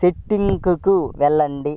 సెట్టింగ్లకు వెళ్లండి